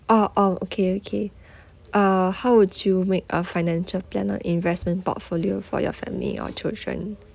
oh oh okay okay uh how would you make a financial planner investment portfolio for your family or children